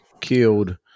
killed